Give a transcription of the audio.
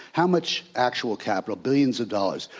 how much actual capital, billions of dollars?